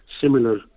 similar